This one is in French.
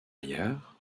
ailleurs